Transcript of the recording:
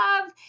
love